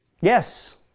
yes